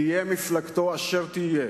תהיה מפלגתו אשר תהיה,